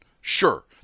Sure